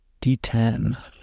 d10